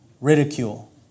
ridicule